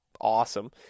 awesome